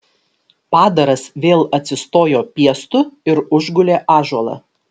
padaras vėl atsistojo piestu ir užgulė ąžuolą